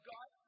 God